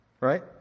right